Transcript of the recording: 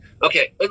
Okay